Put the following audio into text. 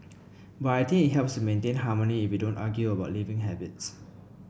but helps to maintain harmony if we don't argue about living habits